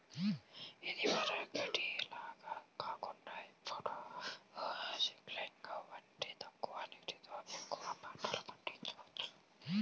ఇదివరకటి లాగా కాకుండా ఇప్పుడు స్పింకర్లును వాడి తక్కువ నీళ్ళతో ఎక్కువ పంటలు పండిచొచ్చు